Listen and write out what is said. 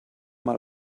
mal